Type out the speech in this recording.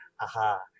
aha